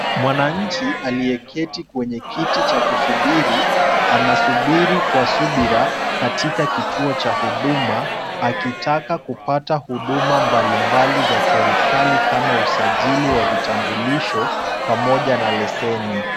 Mwananchi aliyeketi kwenye kiti cha kusubiri ,anasubiri kwa subira katika kituo cha huduma akitaka kupata huduma mbalimbali za serikali kama usajili wa vitambulisho pamoja na leseni.